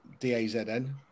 DaZN